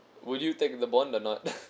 would you take the bond or not